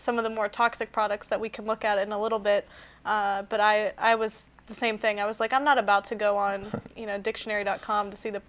some of the more toxic products that we can look at in a little bit but i i was the same thing i was like i'm not about to go on you know dictionary dot com to see the